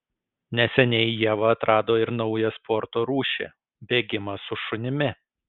neseniai ieva atrado ir naują sporto rūšį bėgimą su šunimi